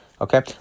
okay